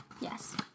Yes